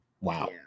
wow